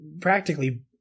practically